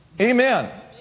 Amen